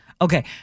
Okay